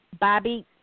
Bobby